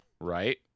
Right